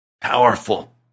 powerful